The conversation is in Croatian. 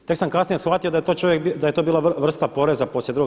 Tek sam kasnije shvatio da je to bila vrsta poreza poslije II.